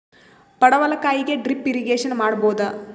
ಪಡವಲಕಾಯಿಗೆ drip irrigation ಮಾಡಬೋದ?